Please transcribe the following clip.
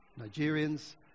Nigerians